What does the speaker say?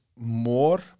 more